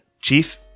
Chief